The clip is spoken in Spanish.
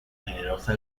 generosa